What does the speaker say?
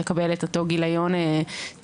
לקבל את אותו גיליון ציונים.